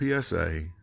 PSA